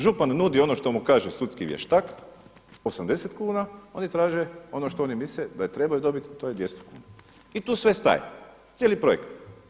Župan nudi ono što mu kaže sudski vještak 80 kuna, oni traže oni što oni misle da trebaju dobiti to je 200 kuna i tu sve staje, cijeli projekt.